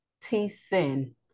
T-sin